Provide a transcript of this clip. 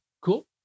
Cool